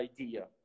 idea